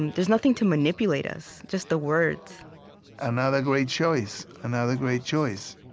and there's nothing to manipulate us, just the words another great choice. another great choice.